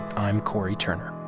i'm cory turner